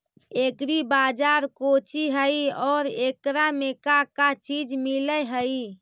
Agri बाजार कोची हई और एकरा में का का चीज मिलै हई?